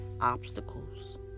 obstacles